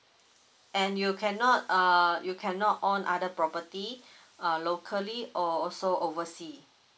and you cannot err you cannot own other property uh locally or also oversea